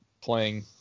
playing